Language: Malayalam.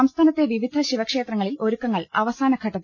സംസ്ഥാനത്തെ വിവിധ ശിവക്ഷേത്ര ങ്ങളിൽ ഒരുക്കങ്ങൾ അവസാനഘട്ടത്തിൽ